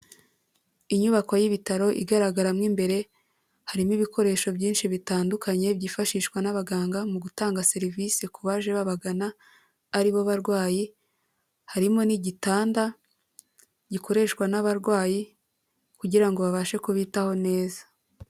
Inyubako y'ibitaro igaragara mo imbere, harimo ibikoresho byinshi bitandukanye byifashishwa n'abaganga mu gutanga serivisi ku baje babagana ari bo barwayi, harimo n'igitanda gikoreshwa n'abarwayi kugira ngo babashe kubitaho neza.